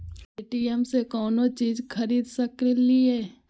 Paytm से कौनो चीज खरीद सकी लिय?